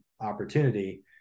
opportunity